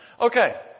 Okay